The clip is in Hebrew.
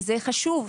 וזה חשוב.